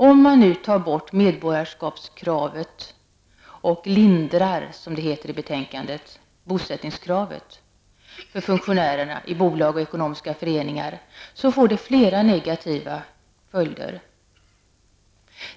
Om man nu tar bort medborgarskapskravet och lindrar, som det heter i betänkandet, bosättningskravet för funktionärer i bolag och ekonomiska föreningar, får det flera negativa följder.